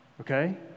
okay